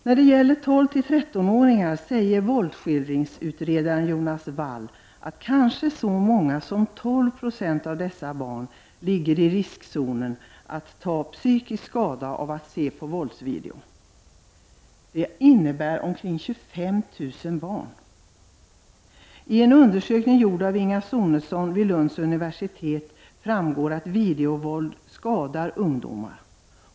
När det gäller 12—13-åringar säger våldsskildringsutredaren Jonas Wall att kanske så många som 12 96 av dessa barn ligger i riskzonen för att ta psykisk skada av att se på våldsvideo. Det innebär att omkring 25 000 barn skulle vara i riskzonen. I en undersökning gjord av Inga Sonesson vid Lunds universitet framgår att videovåldet skadar ungdomar.